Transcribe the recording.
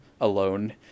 alone